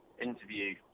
interview